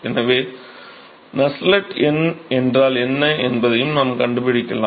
எனவே நஸ்ஸெல்ட் எண் என்றால் என்ன என்பதையும் நாம் கண்டுபிடிக்கலாம்